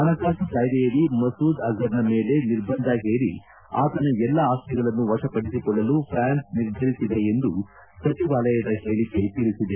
ಹಣಕಾಸು ಕಾಯ್ದೆಯಡಿ ಮಸೂದ್ ಅಜರ್ನ ಮೇಲೆ ನಿರ್ಬಂಧ ಹೇರಿ ಆತನ ಎಲ್ಲಾ ಆಸ್ತಿಗಳನ್ನು ವಶಪಡಿಸಿಕೊಳ್ಳಲು ಫ್ರಾನ್ಸ್ ನಿರ್ಧರಿಸಿದೆ ಎಂದು ಸಚಿವಾಲಯದ ಹೇಳಿಕೆ ತಿಳಿಸಿದೆ